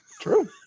True